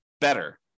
better